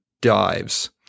dives